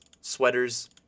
sweaters